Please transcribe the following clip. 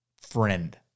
friend